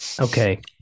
Okay